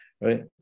Right